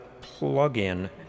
plug-in